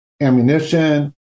ammunition